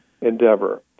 endeavor